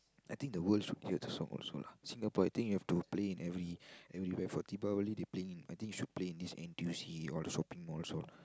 I think the world should hear the song also lah Singapore I think you have to play in every everywhere for Deepavali they playing I think they should play in this N_T_U_C all the shopping mall also lah